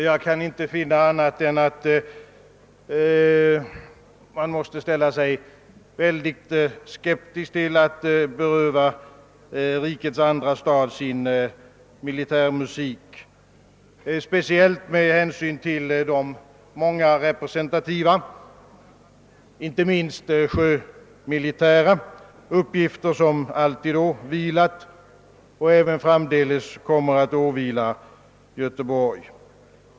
Jag kän inte finna annat än att man måste ställa sig mycket skeptisk till förslaget att beröva rikets andra stad dess militärmusik, speciellt med hänsyn till de många representativa — inte minst sjömilitära — uppgifter som alltid åvilat och även framdeles kommer att åvila Göteborg.